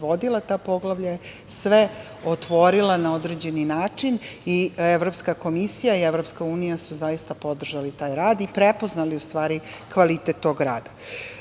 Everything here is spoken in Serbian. vodila ta poglavlja, sve otvorila na određeni način i Evropska komisija i EU su zaista podržali taj rad i prepoznali kvalitet tog rada. Bez